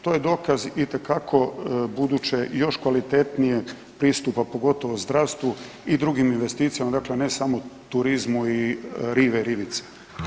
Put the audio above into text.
To je dokazu itekako buduće još kvalitetnijeg pristupa pogotovo zdravstvu i drugim investicijama, dakle ne samo turizmu i rive, rivice.